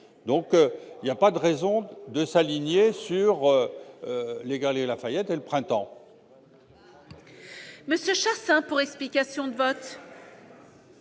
Il n'y a pas de raison de s'aligner sur les Galeries Lafayette et le Printemps